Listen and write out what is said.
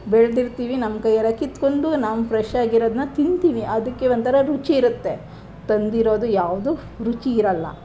ಬೆಳೆದಿರ್ತೀವಿ ನಮ್ಮ ಕೈಯ್ಯಾರ ಕಿತ್ಕೊಂಡು ನಾವು ಫ್ರೆಶ್ಶಾಗಿರೋದನ್ನ ತಿಂತೀವಿ ಅದಕ್ಕೆ ಒಂಥರ ರುಚಿ ಇರುತ್ತೆ ತಂದಿರೋದು ಯಾವುದು ರುಚಿ ಇರೋಲ್ಲ